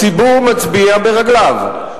הציבור מצביע ברגליו.